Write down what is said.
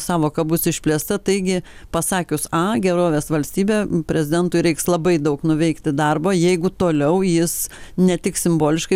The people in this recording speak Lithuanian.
sąvoka bus išplėsta taigi pasakius a gerovės valstybė prezidentui reiks labai daug nuveikti darbo jeigu toliau jis ne tik simboliškai